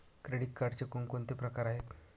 Credit कार्डचे कोणकोणते प्रकार आहेत?